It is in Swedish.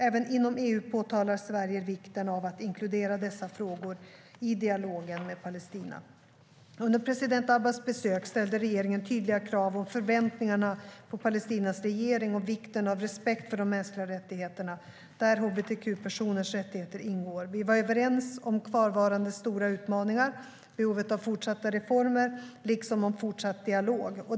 Även inom EU påtalar Sverige vikten av att inkludera dessa frågor i dialogen med Palestina.Under president Abbas besök ställde regeringen tydliga krav och uttryckte förväntningar på Palestinas regering när det gäller vikten av respekt för de mänskliga rättigheterna, där hbtq-personers rättigheter ingår. Vi var överens om kvarvarande stora utmaningar, behovet av fortsatta reformer liksom om fortsatt dialog.